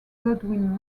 godwin